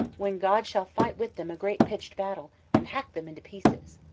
when god shall fight with them a great pitched battle and hack them into pieces.